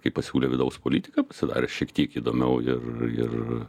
kai pasiūlė vidaus politiką pasidarė šiek tiek įdomiau ir ir